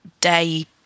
day